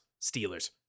Steelers